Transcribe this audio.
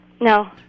No